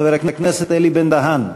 חבר הכנסת אלי בן-דהן,